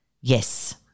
Yes